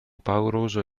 pauroso